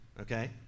Okay